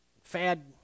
fad